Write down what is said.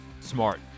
Smart